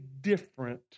different